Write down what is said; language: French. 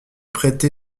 prêté